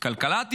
כלכלת ישראל,